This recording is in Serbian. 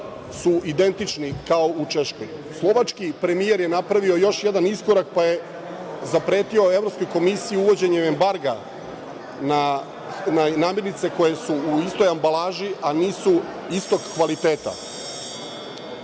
su identična kao u Češkoj. Slovački premijer je napravio još jedan iskorak, pa je zapretio Evropskoj komisiji uvođenjem embarga na namirnice koje su u istoj ambalaži, a nisu istog kvaliteta. Kada